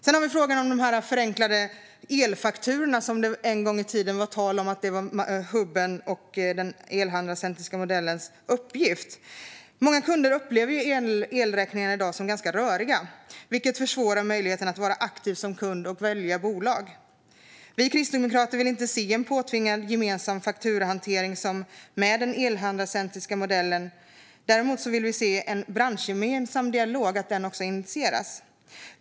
Sedan har vi frågan om de förenklade elfakturorna, som det en gång var tal om var hubbens och elhandlarcentriska modellens uppgift att hantera. Många kunder upplever elräkningarna i dag som ganska röriga, vilket försvårar möjligheten att vara aktiv som kund och att välja elbolag. Vi kristdemokrater vill inte se en påtvingad gemensam fakturahantering som med den elhandlarcentriska modellen. Däremot vill vi se att en branschgemensam dialog initieras.